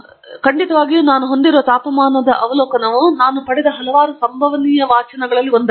ಖಂಡಿತವಾಗಿಯೂ ನಾನು ಹೊಂದಿರುವ ತಾಪಮಾನದ ಅವಲೋಕನವು ನಾನು ಪಡೆದ ಹಲವಾರು ಸಂಭವನೀಯ ವಾಚನಗಳಲ್ಲಿ ಒಂದಾಗಿದೆ